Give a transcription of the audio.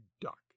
duck